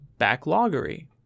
backloggery